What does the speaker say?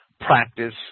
practice